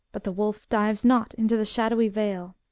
but the wolf dives not into the shadowy vale,